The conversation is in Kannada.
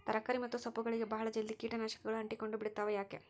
ತರಕಾರಿ ಮತ್ತು ಸೊಪ್ಪುಗಳಗೆ ಬಹಳ ಜಲ್ದಿ ಕೇಟ ನಾಶಕಗಳು ಅಂಟಿಕೊಂಡ ಬಿಡ್ತವಾ ಯಾಕೆ?